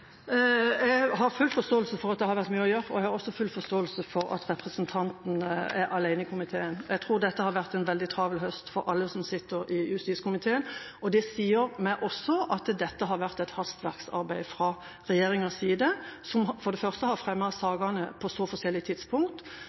Jeg har full forståelse for at det har vært mye å gjøre, og jeg har også full forståelse for at representanten er alene i komiteen. Jeg tror dette har vært en veldig travel høst for alle som sitter i justiskomiteen, og det sier meg også at dette har vært et hastverksarbeid fra regjeringas side, som for det første har fremmet sakene på så forskjellige tidspunkt: